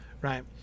right